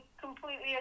completely